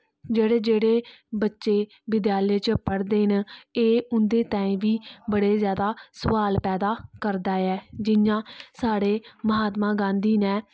जेहडे़ जेह़डे बच्चे बिधालय च पढदे ना एह् उन्दे तांई बी बडे़ ज्यादा सुआल पैदा करदे ऐ जियां साढ़े महात्मा गाॅधी ना